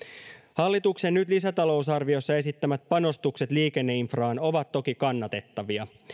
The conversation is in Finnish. hallituksen nyt lisätalousarviossa esittämät panostukset liikenneinfraan ovat toki kannatettavia